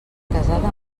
casada